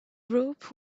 rope